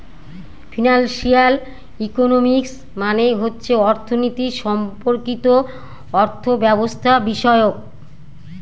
financial economics মানে হচ্ছে অর্থনীতি সম্পর্কিত অর্থব্যবস্থাবিষয়ক